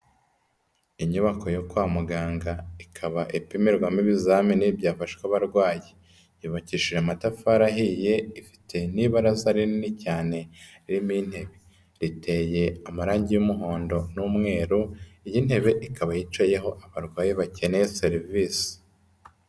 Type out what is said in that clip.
Inyubako yo kwa muganga ikaba ipimirwamo ibizamini byafawe abarwayi, yubakishije amatafari ahiye ifite n'ibaraza rinini cyane ririmo intebe, riteye amarange y'umuhondo n'umweru, iyi ntebe ikaba yicayeho abarwayi bakeneye serivisi.